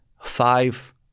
five